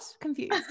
Confused